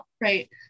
right